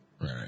Right